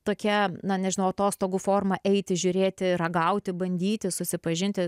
tokia na nežinau atostogų forma eiti žiūrėti ragauti bandyti susipažinti